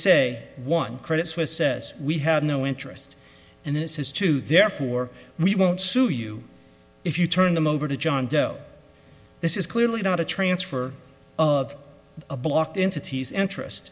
say one credit suisse says we have no interest in this has to therefore we won't sue you if you turn them over to john doe this is clearly not a transfer of a block to entities interest